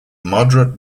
moderate